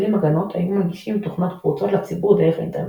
הגנות היו מנגישים תוכנות פרוצות לציבור דרך האינטרנט.